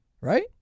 right